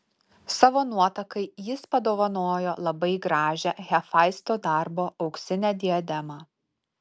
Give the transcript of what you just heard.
savo nuotakai jis padovanojo labai gražią hefaisto darbo auksinę diademą